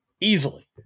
easily